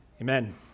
Amen